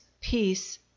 peace